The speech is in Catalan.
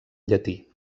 llatí